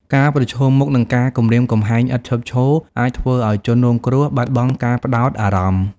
ការប្រឈមមុខនឹងការគំរាមកំហែងឥតឈប់ឈរ អាចធ្វើឲ្យជនរងគ្រោះ បាត់បង់ការផ្តោតអារម្មណ៍។